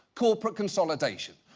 corporate consolidation.